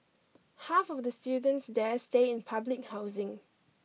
half of the students there stay in public housing